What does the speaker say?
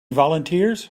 volunteers